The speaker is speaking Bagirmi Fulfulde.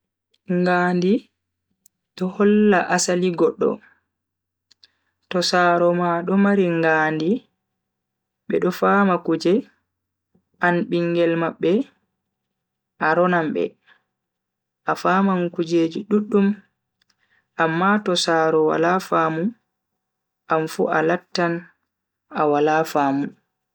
Ngaandi do holla asali goddo. to saaro ma do mari ngaandi bedo fama kuje an bingel mabbe a ronan be a faman kujeji duddum amma to saaro wala famu anfu a lattan a wala faamu.